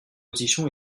position